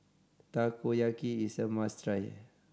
takoyaki is a must try